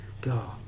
God